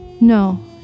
No